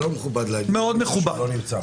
זה לא מכובד, הוא לא נמצא כאן.